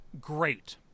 great